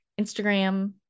Instagram